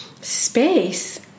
space